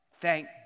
thank